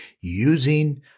using